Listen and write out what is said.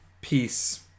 peace